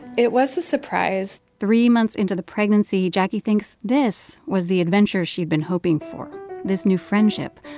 it was a surprise three months into the pregnancy, jacquie thinks this was the adventure she'd been hoping for this new friendship,